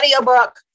audiobook